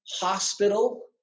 Hospital